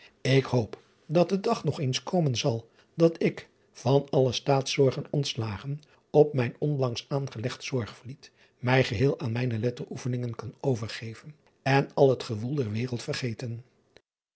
ik hoop dat de dag nog eens komen zal dat ik van alle taatszorgen ontslagen op mijn onlangs aangelegd orgvliet mij geheel aan mijne letteroefeningen kan overgeven en al het gewoel der wereld vergeten